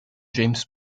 james